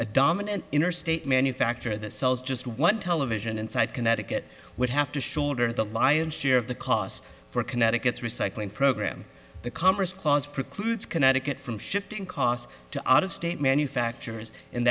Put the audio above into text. a dominant interstate manufacturer that sells just one television inside connecticut would have to shoulder the lion's share of the costs for connecticut's recycling program the commerce clause precludes connecticut from shifting costs to out of state manufacturers